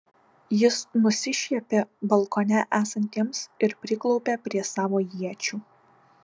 jis nusišiepė balkone esantiems ir priklaupė prie savo iečių